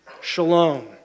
Shalom